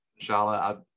Shala